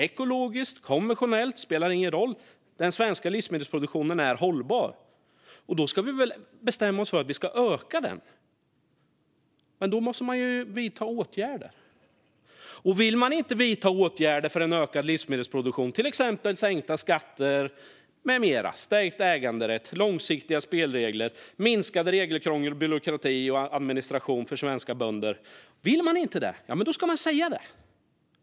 Ekologiskt eller konventionellt spelar ingen roll - den svenska livsmedelsproduktionen är hållbar. Då ska vi väl bestämma oss för att vi ska öka den. Men då måste man vidta åtgärder. Vill man inte vidta åtgärder för en ökad livsmedelsproduktion, till exempel sänkta skatter, stärkt äganderätt, långsiktiga spelregler och minskat regelkrångel, byråkrati och administration för svenska bönder, då ska man säga det.